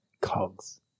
cogs